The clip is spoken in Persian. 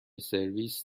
سرویس